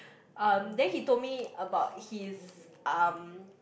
um then he told me about his um